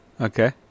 Okay